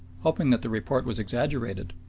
hoped that the report was exaggerated,